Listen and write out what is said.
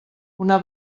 una